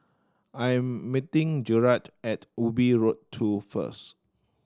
I'm meeting Gerrit at Ubi Road Two first